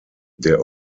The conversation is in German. der